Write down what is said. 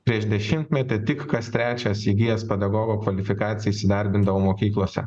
prieš dešimtmetį tik kas trečias įgijęs pedagogo kvalifikaciją įsidarbindavo mokyklose